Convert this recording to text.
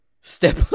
step